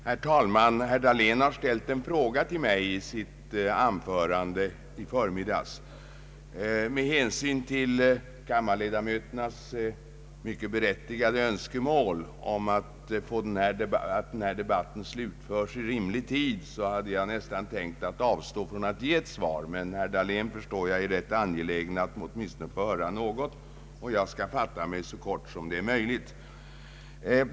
Herr talman! Herr Dahlén ställde en fråga till mig i sitt anförande i förmiddags. Med hänsyn till kammarledamöternas mycket berättigade önskemål om att få denna debatt slutförd i rimlig tid hade jag nästan tänkt att avstå från att ge ett svar. Men jag förstår att herr Dahlén är rätt angelägen om att åtminstone få höra något. Jag skall fatta mig så kort som möjligt.